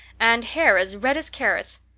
and hair as red as carrots!